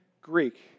Greek